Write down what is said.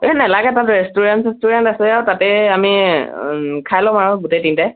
এই নেলাগে তাত ৰেষ্টুৰেণ্ট চেষ্টুৰেণ্ট আছে আৰু তাতে আমি খাই ল'ম আৰু গোটেই তিনিটাই